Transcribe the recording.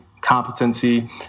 competency